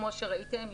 כמו שראיתם,